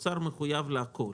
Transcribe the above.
משרד האוצר מחויב לכול.